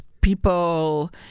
people